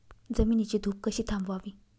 जमिनीची धूप कशी थांबवावी?